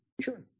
Sure